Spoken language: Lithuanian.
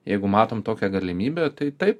jeigu matom tokią galimybę tai taip